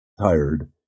tired